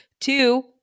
Two